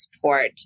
support